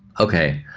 okay,